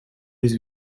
his